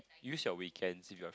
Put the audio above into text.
use your weekends if you're